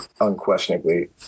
unquestionably